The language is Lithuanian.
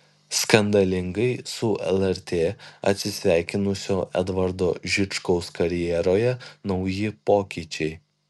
skandalingai su lrt atsisveikinusio edvardo žičkaus karjeroje nauji pokyčiai